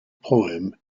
poem